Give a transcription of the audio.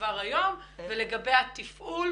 כבר היום ולגבי התפעול,